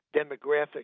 demographic